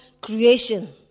creation